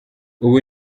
ubu